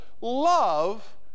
love